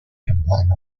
complain